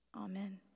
Amen